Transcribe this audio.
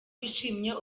wishimye